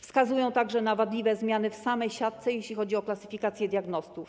Wskazała także na wadliwe zmiany w samej siatce, jeśli chodzi o klasyfikację diagnostów.